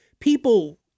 People